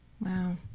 Wow